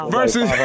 Versus